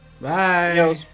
Bye